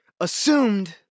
assumed